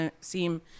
seem